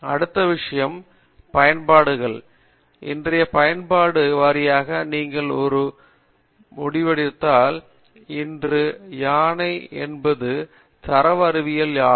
அடுத்த விஷயம் பயன்பாடுகள் இன்றைய பயன்பாட்டு வாரியாக நீங்கள் இரு முடிவடைந்தால் ஒன்று யானை என்பது தரவு அறிவியல் ஆகும்